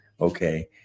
okay